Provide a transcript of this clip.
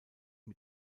mit